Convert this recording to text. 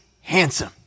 handsome